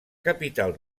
capital